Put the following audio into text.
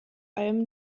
allem